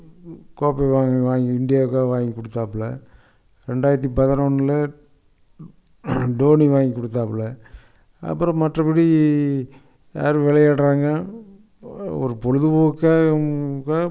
கோப்பை வாங்கி வாங்கி இந்தியாவுக்காக வாங்கி கொடுத்தாப்புல ரெண்டாயிரத்தி பதினொன்னில் டோனி வாங்கி கொடுத்தாப்புல அப்புறம் மற்றபடி யார் விளையாடுறாங்க ஒரு பொழுதுப்போக்காக